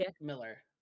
Miller